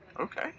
Okay